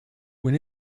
when